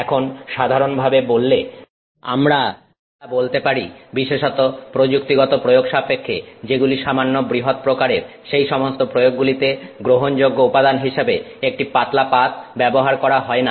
এখন সাধারণভাবে বললে আমরা বলতে পারি বিশেষত প্রযুক্তিগত প্রয়োগ সাপেক্ষে যেগুলি সামান্য বৃহৎ প্রকারের সেইসমস্ত প্রয়োগগুলিতে গ্রহণযোগ্য উপাদান হিসেবে একটি পাতলা পাত ব্যবহার করা হয় না